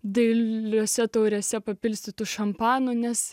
dailiuose taurėse papilstytų šampanu nes